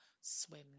swim